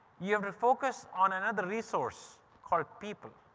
you have to focus on another resource called people.